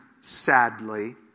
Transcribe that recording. sadly